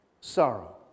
Sorrow